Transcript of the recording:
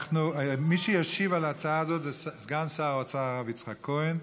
מי שישיב על ההצעה הזאת זה סגן שר האוצר הרב יצחק כהן.